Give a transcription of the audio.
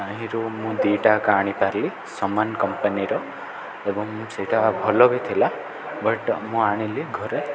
ତାହିଁରୁ ମୁଁ ଦୁଇଟା ଯାକ ଆଣିପାରିଲି ସମାନ କମ୍ପାନୀର ଏବଂ ସେଇଟା ଭଲ ବି ଥିଲା ବଟ୍ ମୁଁ ଆଣିଲି ଘରେ